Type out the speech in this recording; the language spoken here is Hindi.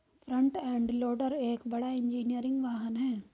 फ्रंट एंड लोडर एक बड़ा इंजीनियरिंग वाहन है